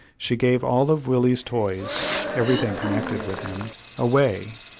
she gave all of willie's toys everything connected with him away,